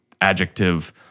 adjective